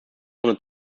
ohne